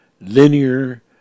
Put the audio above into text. linear